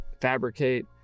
fabricate